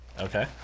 Okay